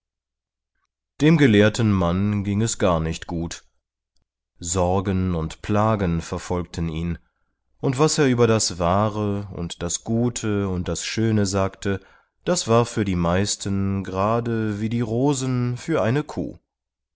dem gelehrten mann ging es gar nicht gut sorgen und plagen verfolgten ihn und was er über das wahre und das gute und das schöne sagte das war für die meisten gerade wie die rosen für eine kuh